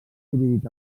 dividit